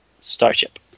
starship